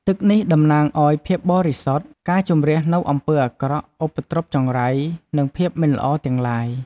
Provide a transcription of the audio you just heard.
ទឹកនេះតំណាងឲ្យភាពបរិសុទ្ធ ការជម្រះនូវអំពើអាក្រក់ ឧបទ្រពចង្រៃ និងភាពមិនល្អទាំងឡាយ។